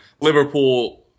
Liverpool